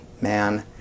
man